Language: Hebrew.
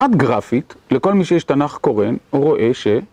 עד גרפית, לכל מי שיש תנ״ך קורן, הוא רואה ש...